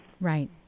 Right